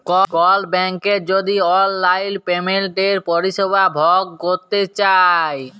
call ব্যাংকের যদি অললাইল পেমেলটের পরিষেবা ভগ ক্যরতে চায়